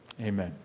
amen